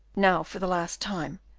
now, for the last time,